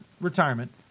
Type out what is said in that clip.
retirement